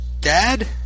dad